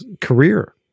career